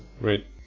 Right